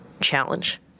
challenge